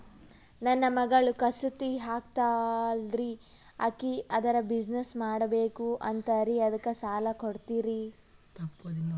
ನನ್ನ ಮಗಳು ಕಸೂತಿ ಹಾಕ್ತಾಲ್ರಿ, ಅಕಿ ಅದರ ಬಿಸಿನೆಸ್ ಮಾಡಬಕು ಅಂತರಿ ಅದಕ್ಕ ಸಾಲ ಕೊಡ್ತೀರ್ರಿ?